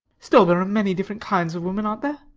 still, there are many different kinds of women, aren't there?